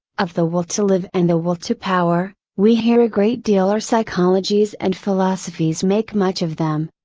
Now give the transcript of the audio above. of the will to live and the will to power, we hear a great deal our psychologies and philosophies make much of them.